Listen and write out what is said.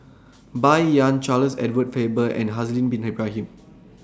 Bai Yan Charles Edward Faber and Haslir Bin Ibrahim